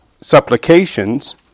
supplications